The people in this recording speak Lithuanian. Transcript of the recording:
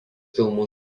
filmų